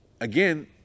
again